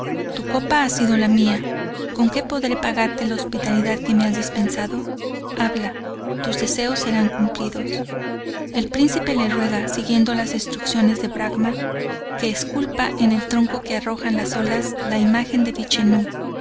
tu copa ha sido la mía con que podré pagarte la hospitalidad que me has dispensado habla tus deseos serán cumplidos el príncipe le ruega siguiendo las instrucciones de bracma que esculpa en el tronco que arrojan las olas la imagen de vichenú